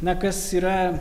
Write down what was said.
na kas yra